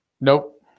Nope